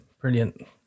brilliant